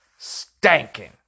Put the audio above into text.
stanking